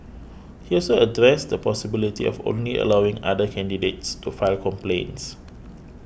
he also addressed the possibility of only allowing other candidates to file complaints